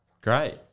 Great